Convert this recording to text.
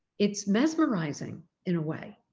it's mesmerising in a way,